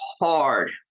hard